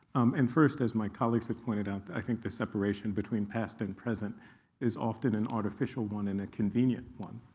um and first, as my colleagues have pointed out, i think the separation between past and present is often an artificial one and a convenient one.